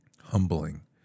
humbling